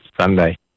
Sunday